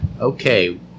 Okay